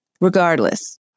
regardless